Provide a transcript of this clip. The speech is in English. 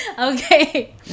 okay